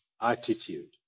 attitude